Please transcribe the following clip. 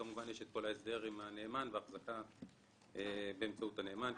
כמובן יש את כל ההסדר עם הנאמן וההחזקה באמצעות הנאמן,